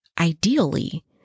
Ideally